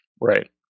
Right